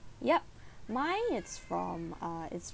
yup mine it's from uh it's